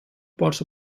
parts